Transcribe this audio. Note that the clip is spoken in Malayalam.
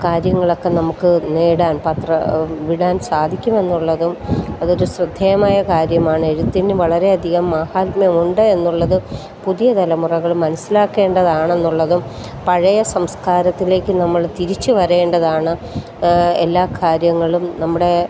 കാര്യങ്ങളൊക്കെ നമുക്ക് നേടാൻ പത്ര വിടാൻ സാധിക്കും എന്നുള്ളതും അതൊരു ശ്രദ്ധേയമായ കാര്യമാണ് എഴുത്തിന് വളരെയധികം മാഹാത്മ്യമുണ്ട് എന്നുള്ളത് പുതിയ തലമുറകൾ മനസ്സിലാക്കേണ്ടതാണെന്നുള്ളതും പഴയ സംസ്കാരത്തിലേക്ക് നമ്മൾ തിരിച്ചുവരേണ്ടതാണ് എല്ലാ കാര്യങ്ങളും നമ്മുടെ